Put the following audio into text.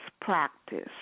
practice